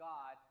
God